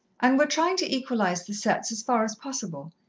and we're trying to equalize the setts as far as possible.